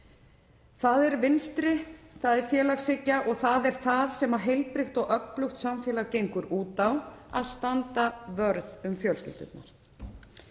Það er vinstri, það er félagshyggja og það er það sem heilbrigt og öflugt samfélag gengur út á, að standa vörð um fjölskyldurnar.